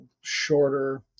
shorter